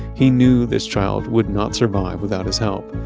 he knew this child would not survive without his help.